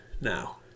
now